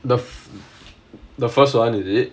the the first one is it